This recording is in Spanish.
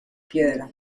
piedra